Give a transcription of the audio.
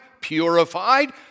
purified